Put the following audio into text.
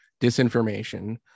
disinformation